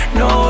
no